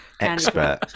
Expert